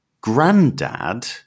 granddad